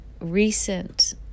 recent